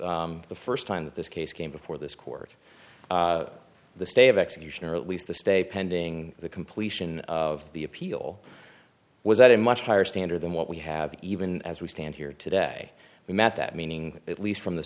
the first time that this case came before this court the stay of execution or at least the stay pending the completion of the appeal was at a much higher standard than what we have even as we stand here today we met that meaning at least from the